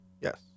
Yes